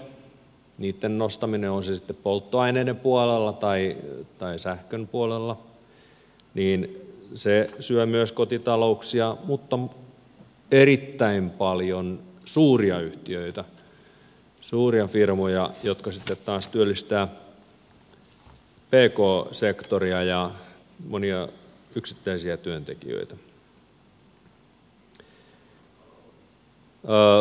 energiaverot niitten nostaminen on se sitten polttoaineiden puolella tai sähkön puolella syö myös kotitalouksia mutta erittäin paljon suuria yhtiöitä suuria firmoja jotka sitten taas työllistävät pk sektoria ja monia yksittäisiä työntekijöitä